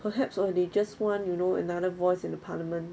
perhaps or they just want you know another voice in the parliament